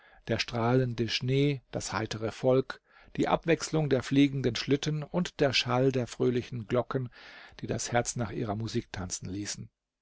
der strahlende schnee das heitere volk die abwechslung der fliegenden schlitten und der schall der fröhlichen glocken die das herz nach ihrer musik tanzen ließen